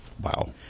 wow